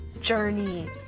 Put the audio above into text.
journey